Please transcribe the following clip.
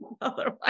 Otherwise